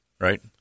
right